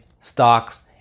stocks